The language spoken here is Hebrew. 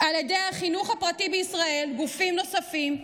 על ידי החינוך הפרטי בישראל וגופים נוספים,